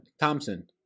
Thompson